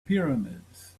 pyramids